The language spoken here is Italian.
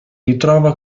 ritrova